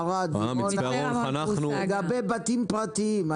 ערד וכולי לגבי בתים פרטיים,